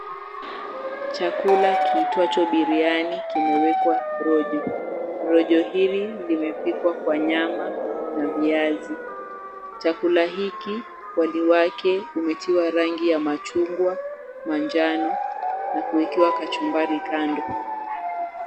Chakula kiitwayo biriani kimewekwa rojo. Rojo hili limepikwa kwa nyama na kwa viazi. Chakula hiki wali wake umetiwa rangi ya machungwa, manjano na kuwekekwa kachumbari kando.